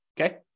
okay